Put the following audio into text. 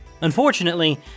Unfortunately